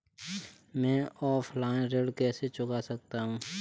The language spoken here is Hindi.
मैं ऑफलाइन ऋण कैसे चुका सकता हूँ?